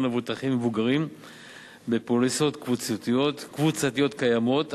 למבוטחים מבוגרים בפוליסות קבוצתיות קיימות.